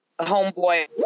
Homeboy